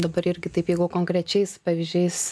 dabar irgi taip jeigu konkrečiais pavyzdžiais